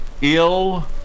ill